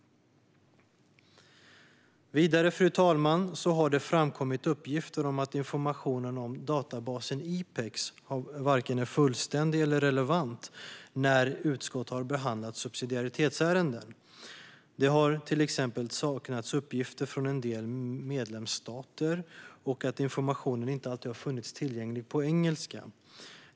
Vidare, fru talman, har det när utskott behandlat subsidiaritetsärenden framkommit uppgifter om att informationen i databasen IPEX varken är fullständig eller relevant. Det har till exempel saknats uppgifter från en del medlemsstater, och informationen har inte alltid funnits tillgänglig på engelska.